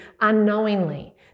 Unknowingly